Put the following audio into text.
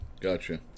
Gotcha